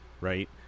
right